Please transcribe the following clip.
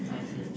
I see